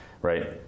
right